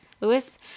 Lewis